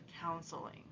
counseling